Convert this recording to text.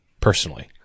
personally